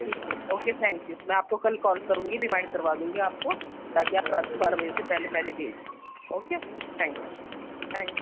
ٹھیک ہے okay thank you میں آپ کو کل کال کروں گی ریمائنڈ کروا دوں گی آپ کو تاکہ آپ رات کو بارہ بجے سے پہلے پہلے بھیجیں اوکے تھینک تھینک